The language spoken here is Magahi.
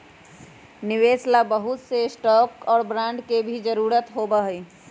निवेश ला बहुत से स्टाक और बांड के भी जरूरत होबा हई